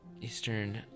Eastern